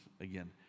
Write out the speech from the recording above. again